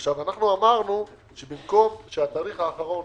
אנחנו אמרנו שבמקום שהתאריך האחרון